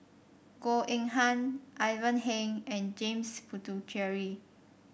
Goh Eng Han Ivan Heng and James Puthucheary